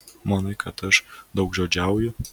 manai kad aš daugžodžiauju